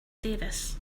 davis